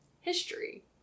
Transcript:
history